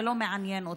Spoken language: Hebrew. זה לא מעניין אותי.